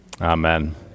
Amen